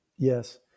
Yes